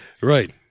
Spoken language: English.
Right